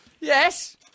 Yes